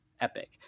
epic